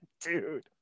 dude